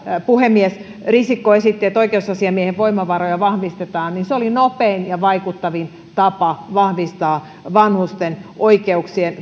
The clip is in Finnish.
puhemies risikko että oikeusasiamiehen voimavaroja vahvistetaan oli nopein ja vaikuttavin tapa vahvistaa vanhusten oikeuksien